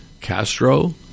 Castro